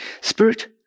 spirit